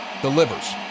delivers